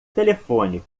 telefone